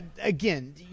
again